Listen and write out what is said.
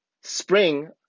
Spring